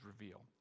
Reveal